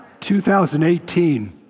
2018